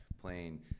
playing